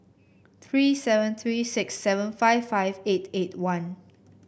three seven three six seven five five eight eight one